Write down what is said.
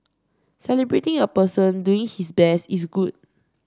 celebrating a person doing his best is good